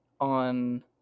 on